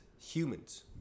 humans